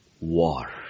war